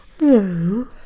No